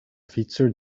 fietser